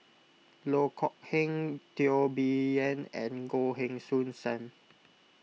Loh Kok Heng Teo Bee Yen and Goh Heng Soon Sam